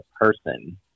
person